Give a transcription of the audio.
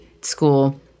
school